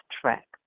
track